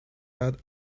out